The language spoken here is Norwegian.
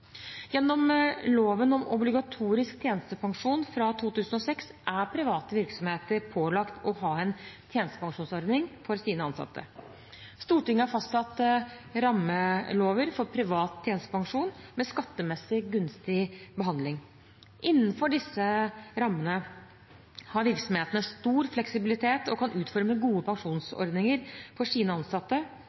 Gjennom loven om obligatorisk tjenestepensjon fra 2006 er private virksomheter pålagt å ha en tjenestepensjonsordning for sine ansatte. Stortinget har fastsatt rammelover for privat tjenestepensjon med skattemessig gunstig behandling. Innenfor disse rammene har virksomhetene stor fleksibilitet og kan utforme gode pensjonsordninger for sine ansatte,